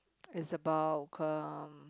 is about um